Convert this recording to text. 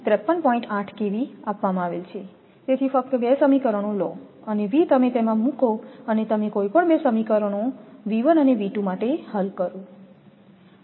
8 kV આપવામાં આવેલ છેતેથી ફક્ત બે સમીકરણો લો અને V તમે તેમાં મૂકો અને તમે કોઈપણ બે સમીકરણો અને માટે હલ કરો